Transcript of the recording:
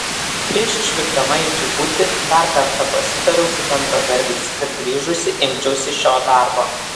prieš išvykdama į džibutį dar kartą pasitariau su bendradarbiais kad grįžusi imčiausi šio darbo